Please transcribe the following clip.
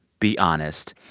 be honest.